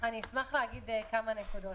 אני אשמח להגיד כמה נקודות.